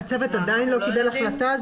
הצוות עדיין לא קיבל החלטה?